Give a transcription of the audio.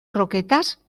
croquetas